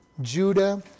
Judah